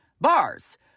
bars